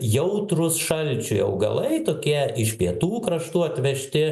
jautrūs šalčiui augalai tokie iš pietų kraštų atvežti